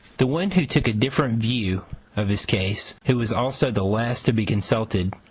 the one who took a different view of his case, who was also the last to be consulted,